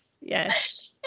yes